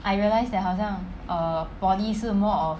I realised that 好像 err poly 是 more of